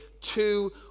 two